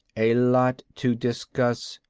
a lot to discuss.